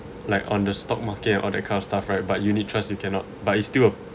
like on the stock market and all that kind of stuff right but unit trust you cannot but it's still a